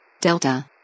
Delta